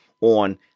on